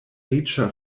riĉa